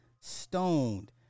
Stoned